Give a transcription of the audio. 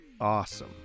awesome